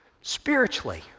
spiritually